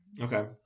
Okay